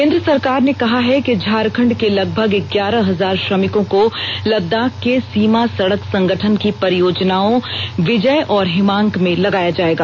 केंद्र सरकार ने कहा है कि झारखंड के लगभग ग्यारह हजार श्रमिकों को लद्दाख के सीमा सड़क संगठन की परियोजनाओं विजय और हिमांक में लगाया जाएगा